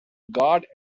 guard